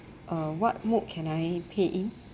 uh what mode can I pay in